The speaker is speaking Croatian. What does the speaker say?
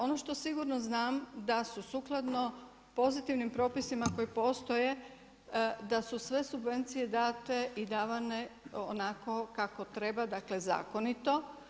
Ono što sigurno znam da su sukladno pozitivnim propisima koji postoje da su sve subvencije date i davane onako kako treba, dakle zakonito.